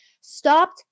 stopped